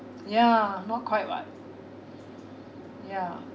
ya more quiet [what] ya